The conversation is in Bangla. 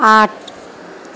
আট